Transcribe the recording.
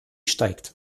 steigt